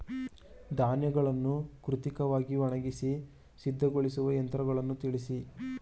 ಧಾನ್ಯಗಳನ್ನು ಕೃತಕವಾಗಿ ಒಣಗಿಸಿ ಸಿದ್ದಗೊಳಿಸುವ ಯಂತ್ರಗಳನ್ನು ತಿಳಿಸಿ?